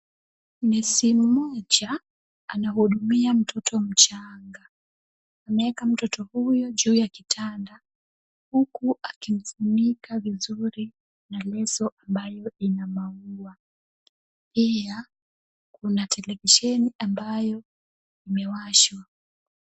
Nesi mmoja anahudumia mtoto mchanga. Anaeka mtoto huyo juu ya kitanda huku akimfunika vizuri na leso ambayo ina maua. Pia, kuna televisheni ambayo imewashwa.